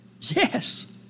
Yes